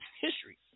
history